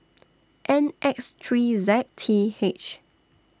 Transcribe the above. N X three Z T H